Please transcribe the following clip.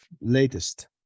latest